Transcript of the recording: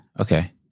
Okay